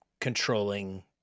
controlling